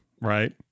right